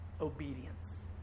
obedience